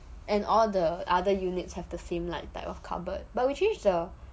and all the other units have the same like type of covered but we change the